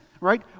right